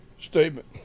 statement